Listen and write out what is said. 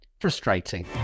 Frustrating